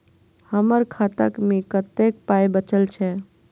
हमर खाता मे कतैक पाय बचल छै